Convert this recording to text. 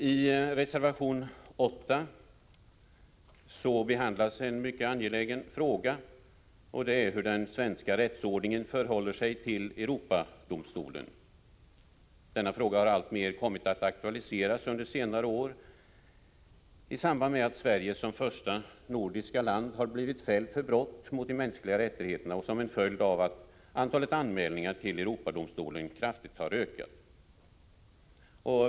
I reservation 8 behandlas en mycket angelägen fråga, nämligen hur den svenska rättsordningen förhåller sig till Europadomstolen. Denna fråga har alltmer kommit att aktualiseras under senare år i samband med att Sverige som första nordiska land har fällts för brott mot de mänskliga rättigheterna och som en följd av att antalet anmälningar till Europadomstolen kraftigt har ökat.